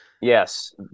Yes